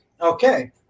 Okay